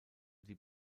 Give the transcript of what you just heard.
die